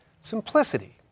simplicity